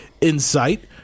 insight